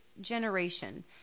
generation